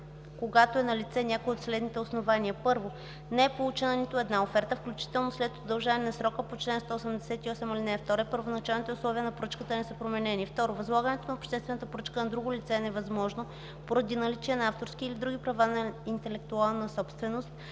когато е налице някое от следните основания: 1. не е получена нито една оферта, включително след удължаване на срока по чл. 188, ал. 2 и първоначалните условия на поръчката не са променени; 2. възлагането на обществената поръчка на друго лице е невъзможно поради наличие на авторски или други права на интелектуална собственост,